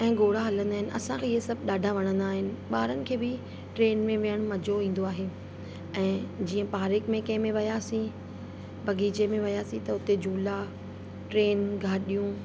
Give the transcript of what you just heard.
ऐं घोड़ा हलंदा आहिनि असांखे हीअं सभु ॾाढा वणंदा आहिनि ॿारनि खे बि ट्रेन में विहण मज़ो ईंदो आहे ऐं जीअं पारिक में कंहिं मे वियासी बाग़ीचे में वियासीं त हुते झूला ट्रेन गाॾियूं